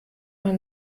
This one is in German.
mal